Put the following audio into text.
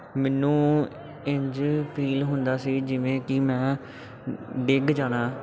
ਮੈਨੂੰ ਇੰਝ ਫੀਲ ਹੁੰਦਾ ਸੀ ਜਿਵੇਂ ਕਿ ਮੈਂ ਡਿੱਗ ਜਾਣਾ